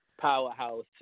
powerhouse